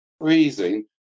freezing